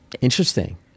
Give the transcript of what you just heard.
Interesting